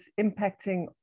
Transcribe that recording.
impacting